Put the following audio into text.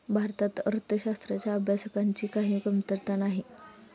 भारतात अर्थशास्त्राच्या अभ्यासकांची काही कमतरता नाही